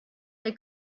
they